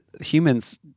humans